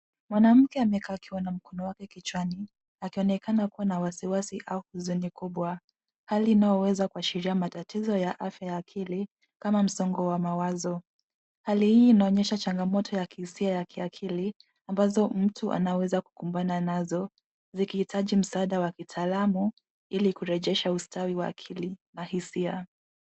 Mwanamke amekaa akiwa na mkono wake kichwani akionekana kuwa na wasiwasi au huzuni mkubwa, hali inayoweza kuashiria matatizo ya afya ya akili kama msongo wa mawazo. Hali hii inaonyesha changamoto ya kihisia ya kiakili ambazo mtu anaweza kukumbana nazo zikihitaji msaada wa kitaalamu ilikurejesha ustawi wa akili na hisia.